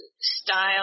style